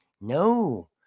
no